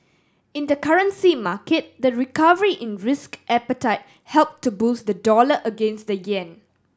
in the currency market the recovery in risk appetite helped to boost the dollar against the yen